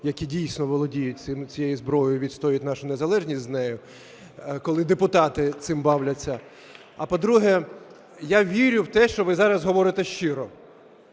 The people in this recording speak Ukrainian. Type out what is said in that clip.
які дійсно володіють цією зброєю і відстоюють нашу незалежність з нею, коли депутати цим бавляться. А, по-друге, я вірю в те, що ви зараз говорите щиро.